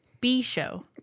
B-Show